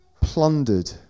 plundered